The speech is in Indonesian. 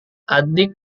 adik